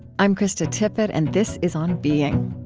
i'm krista tippett, and this is on being